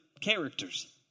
characters